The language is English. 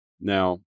Now